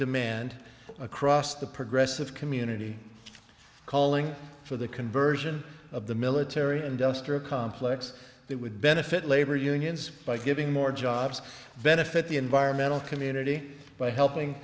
demand across the progressive community calling for the conversion of the military industrial complex that would benefit labor unions by giving more jobs benefit the environmental community by helping